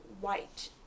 white